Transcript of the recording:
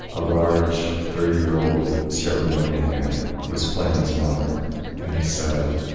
a large thirty year old sierra leonean man who was playing his mother and he said,